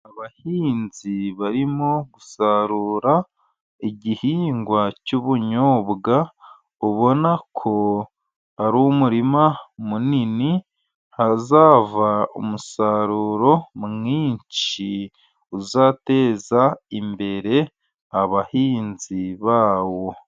Abahinzi barimo gusarura igihingwa cy'ubunyobwa, ubona ko ari umurima munini hazava umusaruro mwinshi, uzateza imbere abahinzi ba wo.